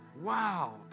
Wow